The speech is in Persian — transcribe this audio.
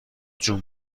جون